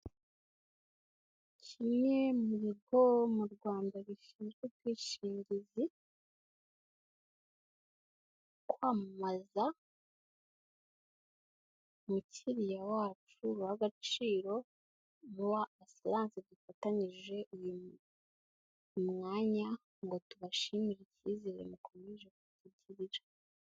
Kimwe mu bigo mu Rwanda bishinzwe ubwishingizi, kwamamaza, mukiriya wacu uri uw'agaciro, mu wa Asiranse dufatanyije uyu mwanya ngo tubashimire icyizere mukomeje kutugirira.